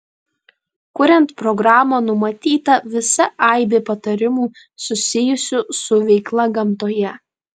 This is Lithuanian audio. kuriant programą numatyta visa aibė patarimų susijusių su veikla gamtoje